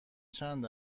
چند